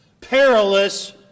perilous